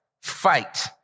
Fight